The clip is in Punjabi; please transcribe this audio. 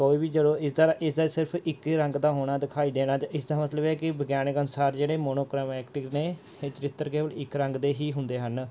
ਕੋਈ ਵੀ ਜਦੋਂ ਇਸਦਾ ਇਸਦਾ ਸਿਰਫ ਇੱਕ ਹੀ ਰੰਗ ਦਾ ਹੋਣਾ ਦਿਖਾਈ ਦੇਣਾ ਅਤੇ ਇਸ ਦਾ ਮਤਲਬ ਹੈ ਕਿ ਵਿਗਿਆਨਿਕ ਅਨੁਸਾਰ ਜਿਹੜੇ ਮੋਨੋਕ੍ਰੈਮੈਟਿਕ ਨੇ ਇਹ ਚਰਿੱਤਰ ਕੇਵਲ ਇੱਕ ਰੰਗ ਦੇ ਹੀ ਹੁੰਦੇ ਹਨ